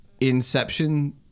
Inception